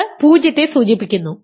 ഇത് പൂജ്യത്തെ സൂചിപ്പിക്കുന്നു